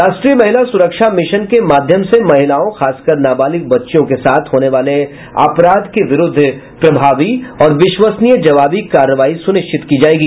राष्ट्रीय महिला सुरक्षा मिशन के माध्यम से महिलाओं खासकर नाबालिग बच्चियों के साथ होने वाले अपराध के विरुद्ध प्रभावी और विश्वसनीय जवाबी कार्रवाई सुनिश्चित की जाएगी